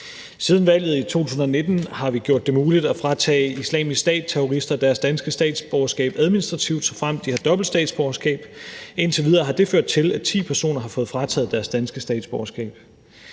Siden valget i 2019 har vi gjort det muligt at fratage Islamisk Stat-terrorister deres danske statsborgerskab administrativt, såfremt de har dobbelt statsborgerskab. Indtil videre har det ført til, at ti personer har fået frataget deres danske statsborgerskab.